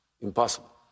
Impossible